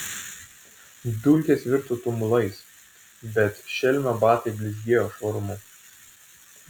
dulkės virto tumulais bet šelmio batai blizgėjo švarumu